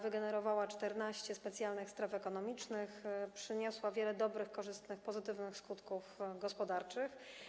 Wygenerowała 14 specjalnych stref ekonomicznych, przyniosła wiele dobrych, korzystnych, pozytywnych skutków gospodarczych.